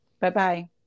Bye-bye